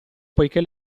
poichè